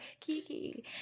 Kiki